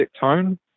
tone